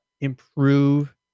improve